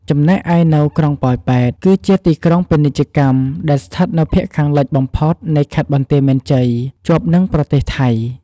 ចំណែកឯនៅក្រុងប៉ោយប៉ែត គឺជាទីក្រុងពាណិជ្ជកម្ម ដែលស្ថិតនៅភាគខាងលិចបំផុតនៃខេត្តបន្ទាយមានជ័យ ជាប់នឹងប្រទេសថៃ។